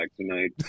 tonight